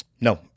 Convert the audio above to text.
No